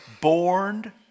born